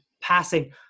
passing